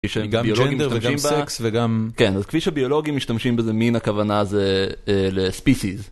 כפי שביולוגים משתמשים בזה מין הכוונה זה species.